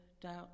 doubt